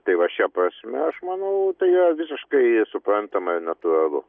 tai va šia prasme aš manau tai yra visiškai suprantama ir natūralu